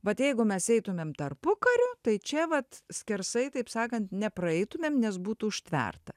vat jeigu mes eitumėm tarpukariu tai čia vat skersai taip sakant nepraeitumėm nes būtų užtverta